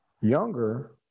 younger